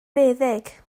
feddyg